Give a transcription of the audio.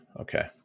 Okay